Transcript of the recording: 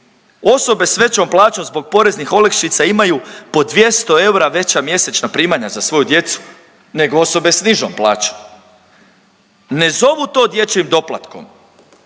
osobe s većom plaćom zbog poreznih olakšica imaju po 200 eura veća mjesečna primanja za svoju djecu nego osobe s nižom plaćom. Ne zovu to dječjim doplatkom,